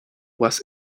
was